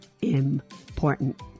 important